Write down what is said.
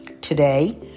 Today